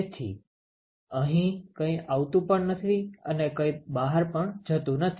તેથી અહીં કંઇ આવતું પણ નથી અને કઈ બહાર પણ જતું નથી